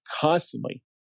constantly